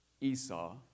Esau